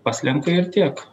paslenka ir tiek